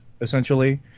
essentially